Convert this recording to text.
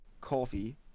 coffee